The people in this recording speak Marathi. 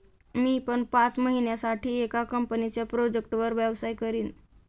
मी पण पाच महिन्यासाठी एका कंपनीच्या प्रोजेक्टवर व्यवसाय करीन